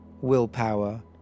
willpower